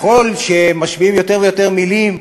וככל שמשמיעים יותר ויותר מילים,